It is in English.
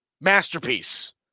masterpiece